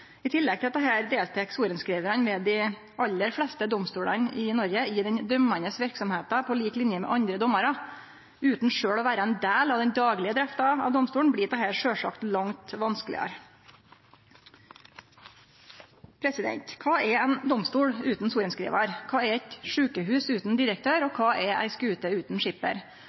tillegg til dette deltek sorenskrivarane ved dei aller fleste domstolane i Noreg i den dømmande verksemda på lik linje med andre dommarar. Utan sjølv å vera ein del av den daglege drifta av domstolen blir dette sjølvsagt langt vanskelegare. Kva er ein domstol utan sorenskrivar? Kva er eit sjukehus utan direktør? Og kva er ei skute utan skipper?